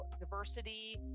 diversity